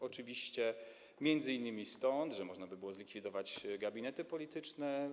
Oczywiście m.in. stąd, że można by było zlikwidować gabinety polityczne.